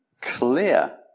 clear